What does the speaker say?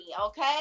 Okay